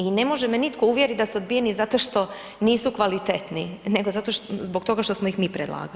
I ne može me nitko uvjeriti da su odbijeni zato što nisu kvalitetni nego zbog toga što smo ih mi predlagali.